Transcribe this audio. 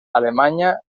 alemanya